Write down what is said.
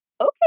Okay